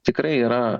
tikrai yra